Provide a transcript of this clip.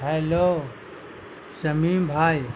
hello Shamim بھائی